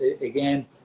again